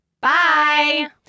Bye